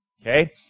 Okay